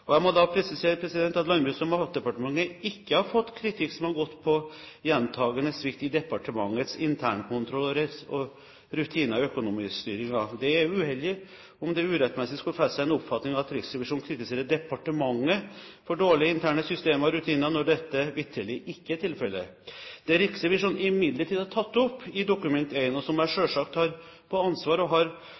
Jeg må da presisere at Landbruks- og matdepartementet ikke har fått kritikk som har gått på gjentakende svikt i departementets internkontroll og rutiner i økonomistyringen. Det er uheldig om det urettmessig skulle feste seg en oppfatning av at Riksrevisjonen kritiserer departementet for dårlige interne systemer og rutiner når dette vitterlig ikke er tilfellet. Det Riksrevisjonen imidlertid har tatt opp i Dokument 1, og som jeg selvsagt tar på alvor og har